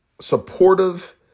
supportive